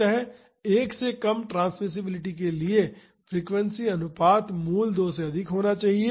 अतः 1 से कम ट्रांसमिसिबिलिटी के लिए फ्रीक्वेंसी अनुपात मूल 2 से अधिक होना चाहिए